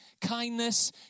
kindness